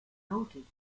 noted